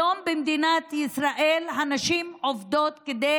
היום במדינת ישראל הנשים עובדות כדי